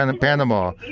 Panama